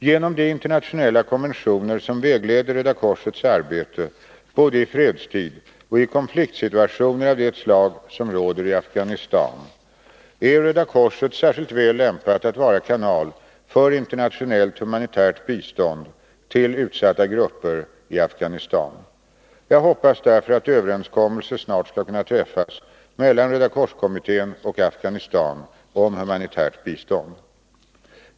Genom de internationella konventioner som vägleder Röda korsets arbete både i fredstid och i konfliktsituationer av det slag som råder i Afghanistan, är Röda korset särskilt väl lämpat att vara kanal för internationellt humanitärt bistånd till utsatta grupper i Afghanistan. Jag hoppas därför att överenskommelse snart skall kunna träffas mellan Rödakorskommittén och Afghanistan om humanitärt bistånd.